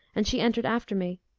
and she entered after me.